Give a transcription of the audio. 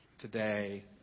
today